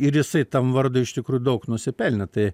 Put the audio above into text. ir jisai tam vardui iš tikrųjų daug nusipelnė tai